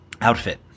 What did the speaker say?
Outfit